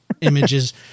images